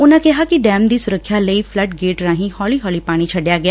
ਉਨਾਂ ਕਿਹਾ ਕਿ ਡੈਮ ਦੀ ਸੁਰੱਖਿਆ ਲਈ ਫਲੱਡ ਗੇਟ ਰਾਹੀਂ ਹੌਲੀ ਹੌਲੀ ਪਾਣੀ ਛਡਿਆ ਗਿਆ